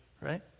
Right